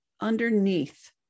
underneath